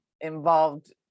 involved